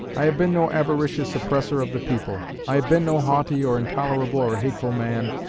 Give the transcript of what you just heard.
i have been no avaricious oppressor of the people. i have been no haughty or intolerable or hateful man,